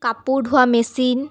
কাপোৰ ধোৱা মেচিন